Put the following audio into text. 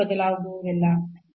ಇಲ್ಲಿ